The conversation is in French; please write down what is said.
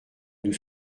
nous